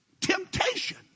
temptation